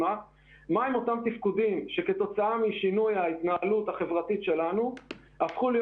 הם אותם תפקודים שכתוצאה משינוי בהתנהלות שלנו הפכו להיות